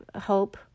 hope